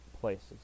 places